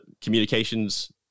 communications